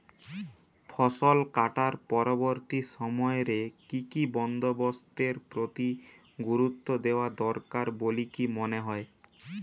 ফসলকাটার পরবর্তী সময় রে কি কি বন্দোবস্তের প্রতি গুরুত্ব দেওয়া দরকার বলিকি মনে হয়?